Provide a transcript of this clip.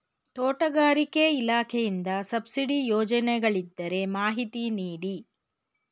ತೋಟಗಾರಿಕೆ ಇಲಾಖೆಯಿಂದ ಸಬ್ಸಿಡಿ ಯೋಜನೆಗಳಿದ್ದರೆ ಮಾಹಿತಿ ನೀಡಿ?